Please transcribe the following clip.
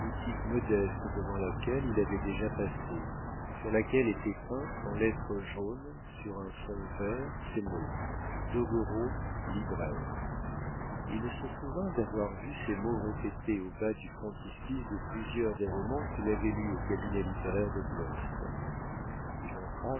modeste devant laquelle il avait déjà passé sur laquelle étaient peints en lettres jaunes sur un fond vert ces mots doguereau libraire il se souvint d'avoir vu ces mots répétés au bas du frontispice de plusieurs des romans qu'il avait lus au cabinet littéraire de blosse il entra